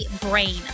Brain